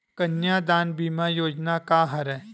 कन्यादान बीमा योजना का हरय?